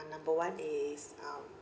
number one is um